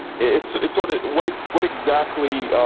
it, it sorta. what, what exactly